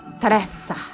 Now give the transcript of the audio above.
Teresa